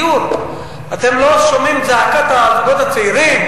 אתם לא שומעים את זעקת הזוגות הצעירים?